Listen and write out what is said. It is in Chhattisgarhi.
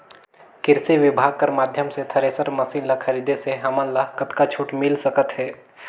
कृषि विभाग कर माध्यम से थरेसर मशीन ला खरीदे से हमन ला कतका छूट मिल सकत हे?